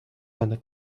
она